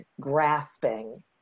grasping